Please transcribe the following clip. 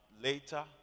later